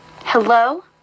Hello